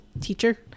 teacher